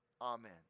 Amen